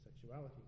Sexuality